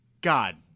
God